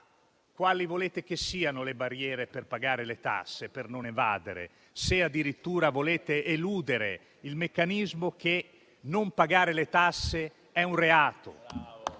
quali volete che siano le barriere per pagare le tasse e per non evadere, se addirittura volete eludere il meccanismo che non pagare le tasse è un reato?